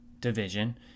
division